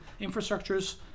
infrastructures